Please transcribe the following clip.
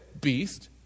Beast